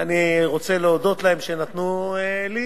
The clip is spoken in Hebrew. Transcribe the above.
ואני רוצה להודות להם על שנתנו לי,